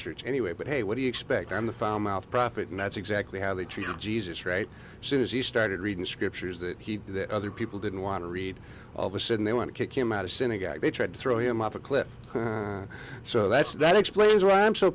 church anyway but hey what do you expect on the found mouth prophet and that's exactly how they treated jesus right soon as he started reading scriptures that he that other people didn't want to read all of a sudden they want to kick him out of synagogue they tried to throw him off a cliff so that's that explains why i'm so